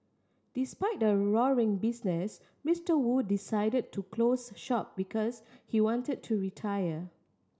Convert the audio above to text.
despite the roaring business Mister Wu decided to close shop because he wanted to retire